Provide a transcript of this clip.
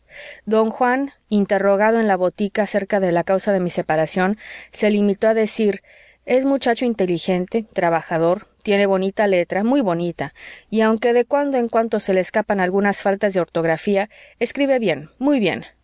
don juan interrogado en la botica acerca de la causa de mi separación se limitó a decir es muchacho inteligente trabajador tiene bonita letra muy bonita y aunque de cuando en cuando se le escapan algunas faltas de ortografía escribe bien muy bien